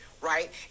right